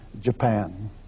Japan